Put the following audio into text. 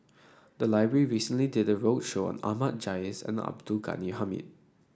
the library recently did a roadshow on Ahmad Jais and Abdul Ghani Hamid